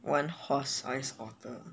one horse sized otter